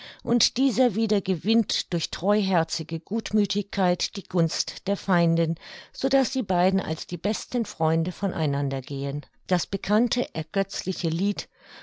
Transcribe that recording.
und dieser wieder gewinnt durch treuherzige gutmüthigkeit die gunst der feindin so daß die beiden als die besten freunde von einander gehen das bekannte ergötzliche lied